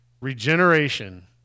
Regeneration